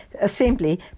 assembly